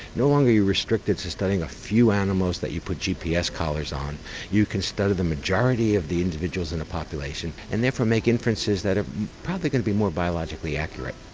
no longer are you restricted to studying a few animals that you put gps collars on you can study the majority of the individuals in a population, and therefore make inferences that are probably going to be more biologically accurate.